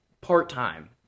part-time